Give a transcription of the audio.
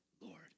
Lord